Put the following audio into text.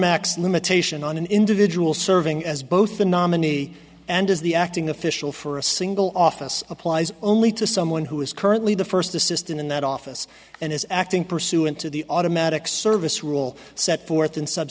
acts limitation on an individual serving as both the nominee and as the acting official for a single office applies only to someone who is currently the first assistant in that office and is acting pursuant to the automatic service rule set forth in